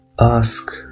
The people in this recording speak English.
ask